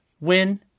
win